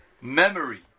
memory